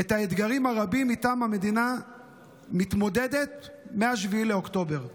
את האתגרים הרבים שאיתם המדינה מתמודדת מ-7 באוקטובר.